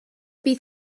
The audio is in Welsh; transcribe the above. bydd